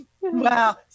Wow